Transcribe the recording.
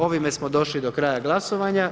Ovime smo došli do kraja glasovanja.